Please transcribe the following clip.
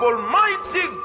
Almighty